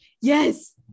Yes